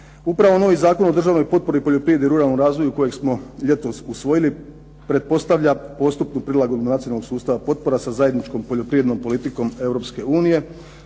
Upravo novi Zakon o državnoj potpori poljoprivredi i ruralnom razvoju, kojeg smo ljetos usvojili, pretpostavlja postupnu prilagodbu nacionalnog sustava potpora sa zajedničkom poljoprivrednom politikom